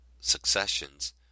successions